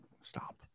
Stop